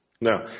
Now